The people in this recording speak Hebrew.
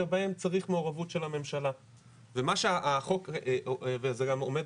שבהם צריך מעורבות של הממשלה וזה גם עומד